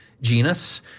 genus